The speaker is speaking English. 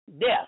death